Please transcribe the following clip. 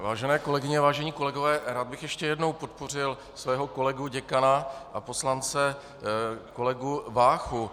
Vážené kolegyně a vážení kolegové, rád bych ještě jednou podpořil svého kolegu děkana a poslance Váchu.